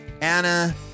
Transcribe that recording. anna